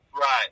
Right